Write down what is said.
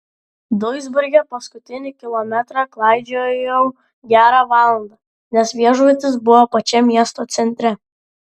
duisburge paskutinį kilometrą klaidžiojau gerą valandą nes viešbutis buvo pačiam miesto centre